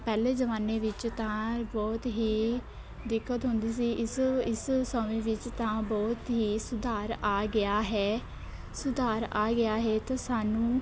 ਪਹਿਲੇ ਜਮਾਨੇ ਵਿੱਚ ਤਾਂ ਬਹੁਤ ਹੀ ਦਿੱਕਤ ਹੁੰਦੀ ਸੀ ਇਸ ਇਸ ਸਮੇਂ ਵਿੱਚ ਤਾਂ ਬਹੁਤ ਹੀ ਸੁਧਾਰ ਆ ਗਿਆ ਹੈ ਸੁਧਾਰ ਆ ਗਿਆ ਹੈ ਅਤੇ ਸਾਨੂੰ